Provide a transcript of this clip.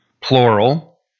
plural